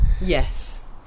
Yes